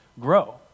grow